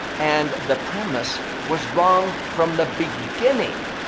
and the premise was wrong from the beginning.